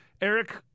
Eric